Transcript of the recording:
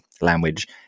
language